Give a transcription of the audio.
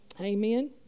amen